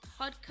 podcast